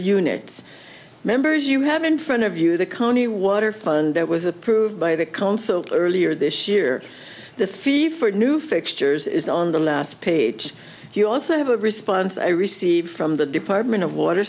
units members you have in front of you the county water fund that was approved by the council earlier this year the fee for new fixtures is on the last page you also have a response i received from the department of water